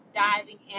diving